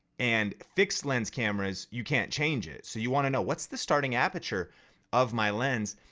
and fixed lens cameras you can't change it. so you wanna know, what's the starting aperture of my lens.